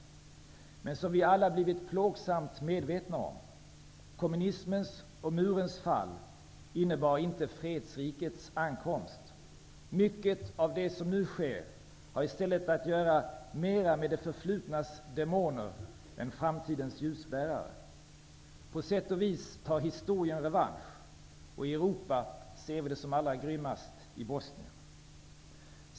Men vi har alla blivit plågsamt medvetna om att kommunismens och murens fall inte innebar fredsrikets ankomst. Mycket av det som nu sker har i stället mer att göra med det förflutnas demoner än med framtidens ljusbärare. På sätt och vis tar historien revansch. I Europa ser vi det som allra grymmast i Bosnien.